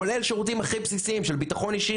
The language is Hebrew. כולל שירותים הכי בסיסיים של ביטחון אישי,